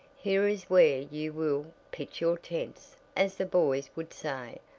here is where you will pitch your tents as the boys would say.